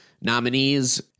nominees